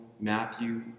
Matthew